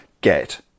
get